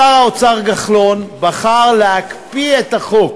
שר האוצר כחלון בחר להקפיא את החוק,